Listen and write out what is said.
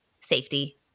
safety